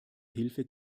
hilfe